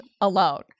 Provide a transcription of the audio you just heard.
alone